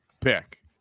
pick